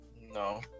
No